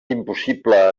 impossible